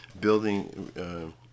building